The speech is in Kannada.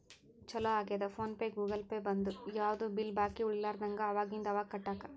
ಚೊಲೋ ಆಗ್ಯದ ಫೋನ್ ಪೇ ಗೂಗಲ್ ಪೇ ಬಂದು ಯಾವ್ದು ಬಿಲ್ ಬಾಕಿ ಉಳಿಲಾರದಂಗ ಅವಾಗಿಂದ ಅವಾಗ ಕಟ್ಟಾಕ